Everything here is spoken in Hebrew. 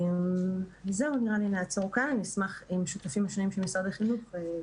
אנחנו נחזור למשרד החינוך.